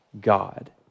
God